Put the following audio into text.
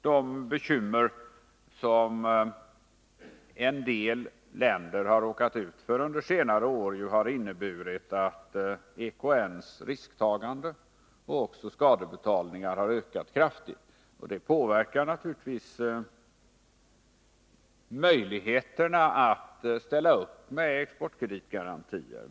De bekymmer som en del länder har råkat ut för under senare år har inneburit att EKN:s risktagande och skadebetalningar har ökat. Det påverkar naturligtvis möjligheterna att ställa upp med exportkreditgarantier.